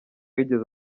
yigeze